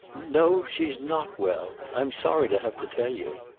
no she's not well, i'm sorry to have to tell you.